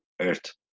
earth